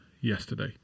yesterday